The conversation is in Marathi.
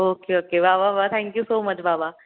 ओके ओके वा वा वा थँक्यू सो मच बाबा